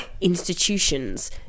institutions